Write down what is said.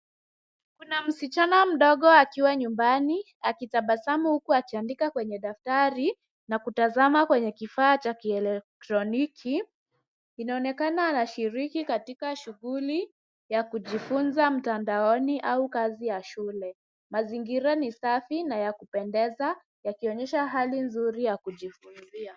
Kuna msichana mdogo akiwa nyumbani akitabasamu huku akiandika kwenye daftari na kutazama kwenye kifaa cha kielektroniki. Inaonekana anashiriki katika shughuli ya kujifunza mtandaoni au kazi ya shule. Mazingira ni safi na ya kupendeza yakionyesha hali nzuri ya kujifunzia.